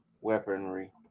Weaponry